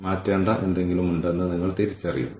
അതിനാൽ നമ്മൾ എല്ലാം വിശദമായി വിലയിരുത്തുന്നു